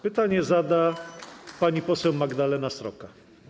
Pytanie zada pani poseł Magdalena Sroka.